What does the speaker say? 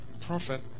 prophet